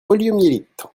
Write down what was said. poliomyélite